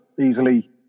easily